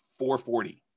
440